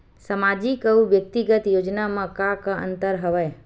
सामाजिक अउ व्यक्तिगत योजना म का का अंतर हवय?